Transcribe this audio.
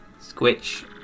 Squish